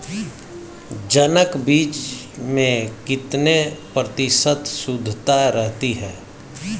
जनक बीज में कितने प्रतिशत शुद्धता रहती है?